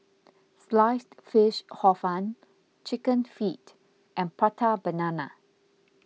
Sliced Fish Hor Fun Chicken Feet and Prata Banana